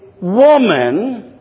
woman